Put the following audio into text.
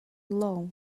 law